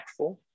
impactful